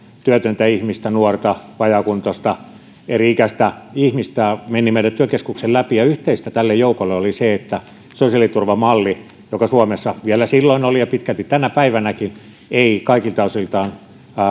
työtöntä ihmistä nuorta vajaakuntoista eri ikäistä ihmistä meni meidän työkeskuksemme läpi ja yhteistä tälle joukolle oli se että sosiaaliturvamalli joka suomessa vielä silloin oli ja pitkälti tänä päivänäkin on ei kaikilta osiltaan